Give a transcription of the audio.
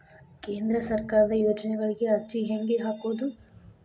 ಕೇಂದ್ರ ಸರ್ಕಾರದ ಯೋಜನೆಗಳಿಗೆ ಅರ್ಜಿ ಹೆಂಗೆ ಹಾಕೋದು?